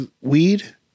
weed